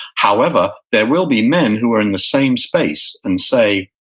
however, there will be men who are in the same space, and say,